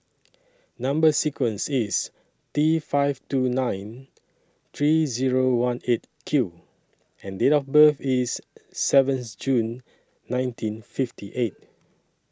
Number sequence IS T five two nine three Zero one eight Q and Date of birth IS seventh June nineteen fifty eight